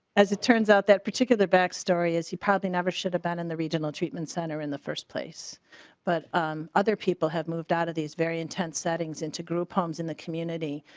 as it turns out that particular back story as you probably never should have been in the region a treatment center in the first place but um other people have moved out of these very intense settings into group homes in the community.